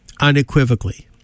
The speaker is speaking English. unequivocally